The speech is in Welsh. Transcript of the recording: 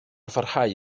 pharhau